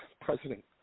president